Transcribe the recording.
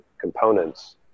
components